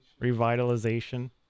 revitalization